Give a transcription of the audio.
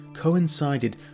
coincided